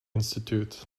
institute